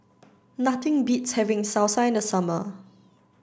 nothing beats having Salsa in the summer